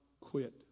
quit